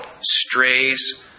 strays